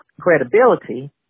credibility